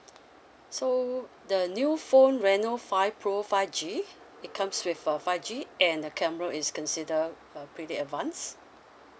so the new phone reno five pro five G it comes with a five G and the camera is consider uh pretty advance